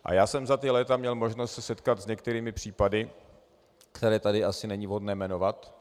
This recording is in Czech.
A já jsem za ta léta měl možnost se setkat s některými případy, které tady asi není vhodné jmenovat.